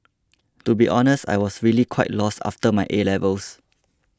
to be honest I was really quite lost after my A levels